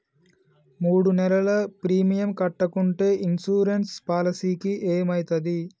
మూడు నెలలు ప్రీమియం కట్టకుంటే ఇన్సూరెన్స్ పాలసీకి ఏమైతది?